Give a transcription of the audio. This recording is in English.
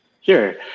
Sure